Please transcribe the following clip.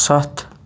ستھ